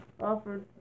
offered